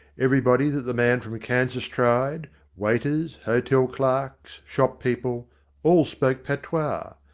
everybody that the man from kansas tried waiters, hotel clerks, shop people all spoke patois.